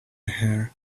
her